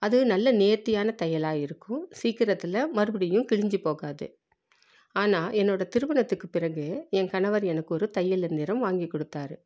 அது நல்ல நேர்த்தியான தையலாக இருக்கும் சீக்கிரத்தில் மறுபடியும் கிழிஞ்சிப்போகாது ஆனால் என்னோட திருமணத்துக்கு பிறகு என் கணவர் எனக்கு ஒரு தையல் இயந்திரம் வாங்கி கொடுத்தாரு